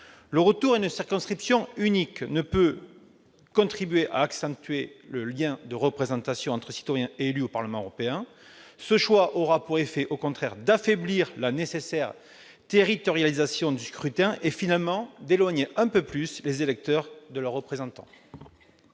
Le retour à une circonscription unique ne peut contribuer à renforcer le lien de représentation entre citoyens et élus au Parlement européen. Au contraire, ce choix aura pour effet d'affaiblir la nécessaire territorialisation du scrutin et, finalement, d'éloigner un peu plus les électeurs de leurs représentants.